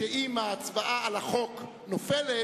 שאם ההצבעה על החוק נופלת,